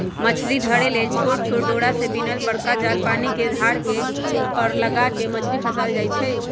मछरी धरे लेल छोट छोट डोरा से बिनल बरका जाल पानिके धार पर लगा कऽ मछरी फसायल जाइ छै